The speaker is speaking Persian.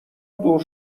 دور